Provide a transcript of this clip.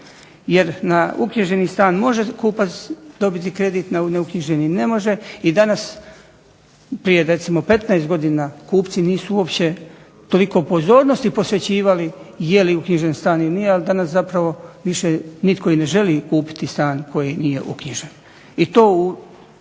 Jer na uknjiženi stan može kupac dobiti kredit, a na neuknjiženi ne može i danas prije recimo 15 godina kupci nisu uopće toliko pozornosti posvećivali jeli uknjižen stan ili nije. A danas zapravo više nitko ne želi kupiti stan koji nije uknjižen.